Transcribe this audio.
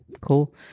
cool